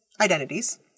identities